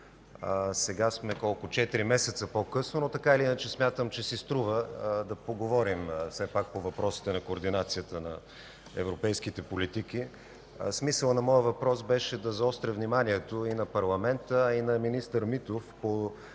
сега сме четири месеца по-късно, но така или иначе смятам, че си струва да поговорим все пак по въпросите на координацията на европейските политики. Смисълът на моя въпрос беше да заостря вниманието и на парламента, а и на министър Митов по